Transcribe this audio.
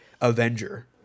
Avenger